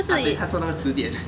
as in 他做那个词典